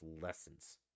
lessons